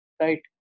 Right